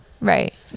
Right